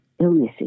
illnesses